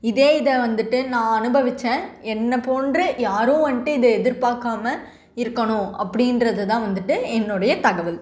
இதே இதை வந்துவிட்டு நான் அனுபவிச்சேன் என்னை போன்று யாரும் வந்துட்டு இதை எதிர்பார்க்காம இருக்கணும் அப்படின்றது தான் வந்துவிட்டு என்னோடைய தகவல்